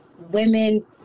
women